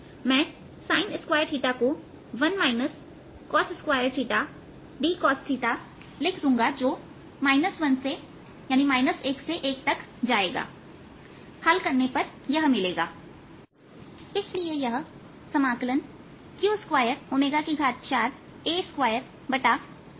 मैं sin2 को d cos लिख दूंगा जो 1 से 1 तक जाएगा हल करने पर यह मिलेगा इसलिए यह q24A2160 c31 cos2dहोगा